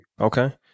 Okay